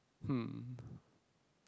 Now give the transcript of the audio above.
hmm